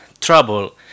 trouble